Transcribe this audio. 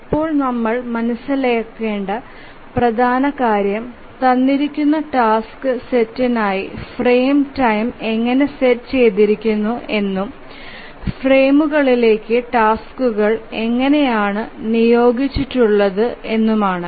ഇപ്പോൾ നമ്മൾ മനസ്സിലാക്കേണ്ട പ്രധാന കാര്യം തന്നിരിക്കുന്ന ടാസ്ക് സെറ്റിനായി ഫ്രെയിം ടൈം എങ്ങനെ സെറ്റ് ചെയ്തിരിക്കുന്നു എന്നും ഫ്രെയിമുകളിലേക്ക് ടാസ്ക്കുകൾ എങ്ങനെയാണ് നിയോഗിച്ചിട്ടുള്ളത് എന്നതാണ്